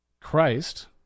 Christ